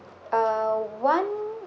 uh one